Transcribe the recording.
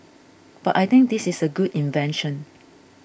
but I think this is a good invention